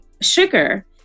sugar